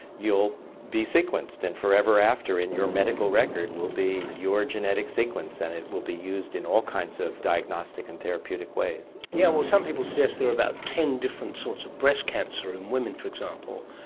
you will be sequenced, and for ever after in your medical record will be your genetic sequence and it will be used in all kinds of diagnostic and therapeutic ways. yeah yes, some people suggest there are about ten different sorts of breast cancer in women, for example,